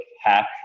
hack